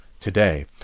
today